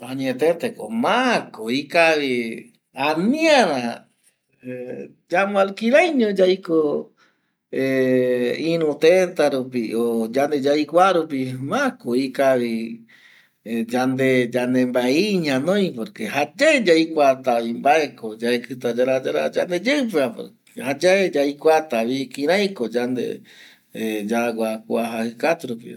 Ouyevi amovecepe yayembongueta arasa mokoi eta payandepo pandepope mabere rako yayembongueta jokua arire rupi amovecepe oaja kua yande ndie jaema yande maendua ñai oaja guere jukurai yande maendua kua ɨvɨpe